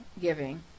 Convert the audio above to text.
giving